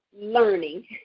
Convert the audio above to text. learning